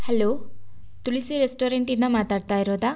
hello Tulsi ರೆಸ್ಟೋರೆಂಟಿಂದ ಮಾತಾಡ್ತಾ ಇರೋದಾ